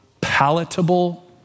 palatable